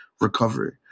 recovery